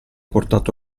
portato